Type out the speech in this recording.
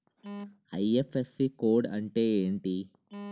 IFSC code అంటే ఏంటి?